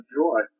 joy